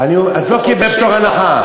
אז לא קיבל פטור מהנחה.